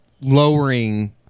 lowering